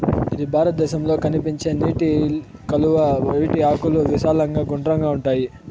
ఇది భారతదేశంలో కనిపించే నీటి కలువ, వీటి ఆకులు విశాలంగా గుండ్రంగా ఉంటాయి